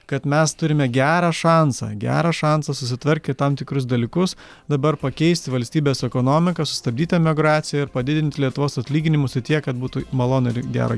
kad mes turime gerą šansą gerą šansą susitvarkę tam tikrus dalykus dabar pakeisti valstybės ekonomiką sustabdyti emigraciją ir padidinti lietuvos atlyginimus į tiek kad būtų malonu ir gera